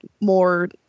more